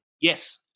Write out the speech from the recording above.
Yes